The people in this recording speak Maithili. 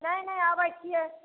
नहि नहि अबै छियै